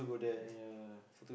ya